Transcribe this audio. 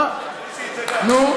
שהיא תדע.